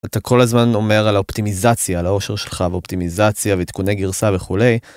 אתה כל הזמן אומר על האופטימיזציה לאושר שלך ואופטימיזציה ועדכוני גרסה וכולי.